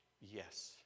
yes